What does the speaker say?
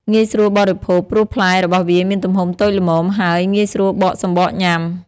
ងាយស្រួលបរិភោគ ព្រោះផ្លែរបស់វាមានទំហំតូចល្មម ហើយងាយស្រួលបកសំបកញ៉ាំ។